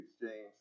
Exchange